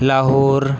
Lahore